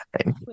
time